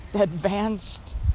advanced